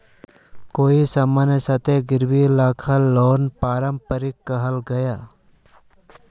कोए सामानेर साथे गिरवी राखाल लोन पारंपरिक लोन कहाल गयाहा